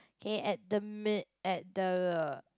K at the mid at the